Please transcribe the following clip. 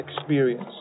experience